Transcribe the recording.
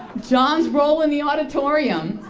john's role in the auditorium.